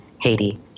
Haiti